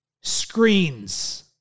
screens